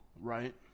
Right